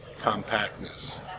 compactness